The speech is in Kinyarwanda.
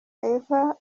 eva